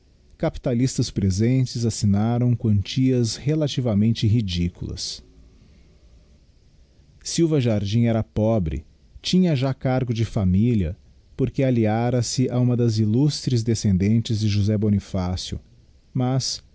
capitalistas presentes assignaram quantias relativamente ridículas silva jardim era pobre tinha já cargo de familia porque alliara se a uma das illustres descendentes de josé bonifácio mas